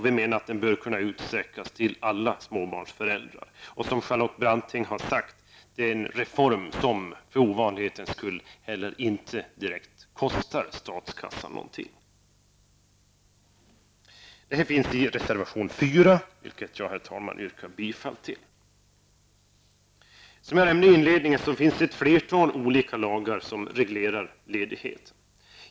Vi menar att den bör kunna utsträckas till att gälla alla småbarnsföräldrar. Som Charlotte Branting har sagt är det en reform som för ovanlighetens skull inte direkt kostar statskassan någonting. Det här tas upp i reservation nr 4, vilken jag härmed yrkar bifall till. Herr talman! Som jag nämnde i min inledning finns ett flertal olika lagar som reglerar ledighet.